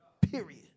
Period